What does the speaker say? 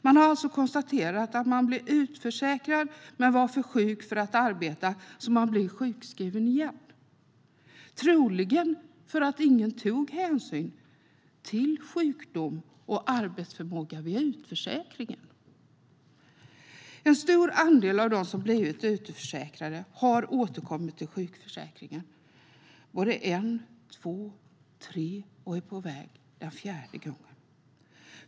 Man har alltså konstaterat att man blev utförsäkrad men var för sjuk för att arbeta och blev sjukskriven igen, detta troligen för att ingen tog hänsyn till sjukdom och arbetsförmåga vid utförsäkringen. En stor andel av dem som har blivit utförsäkrade har återkommit till sjukförsäkringen en, två och tre gånger och är på väg en fjärde gång.